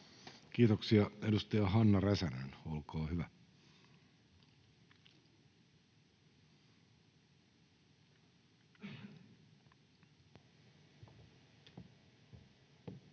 Kiitoksia. — Edustaja Hanna Räsänen, olkaa hyvä. Arvoisa